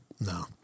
No